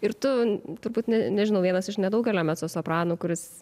ir tu turbūt ne nežinau vienas iš nedaugelio mecosopranų kuris